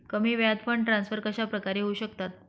कमी वेळात fund transfer कशाप्रकारे होऊ शकतात?